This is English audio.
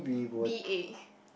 B_A